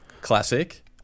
Classic